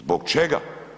Zbog čega?